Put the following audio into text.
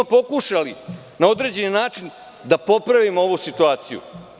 Pokušali smo na određen način da popravimo ovu situaciju.